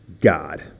God